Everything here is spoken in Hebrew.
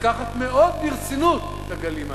לקחת מאוד ברצינות את הגלים הללו,